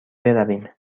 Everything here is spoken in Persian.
برویم